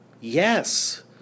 yes